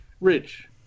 Rich